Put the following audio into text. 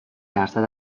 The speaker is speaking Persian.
درصد